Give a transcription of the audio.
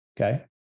Okay